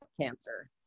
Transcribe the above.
cancer